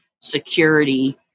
security